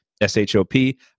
S-H-O-P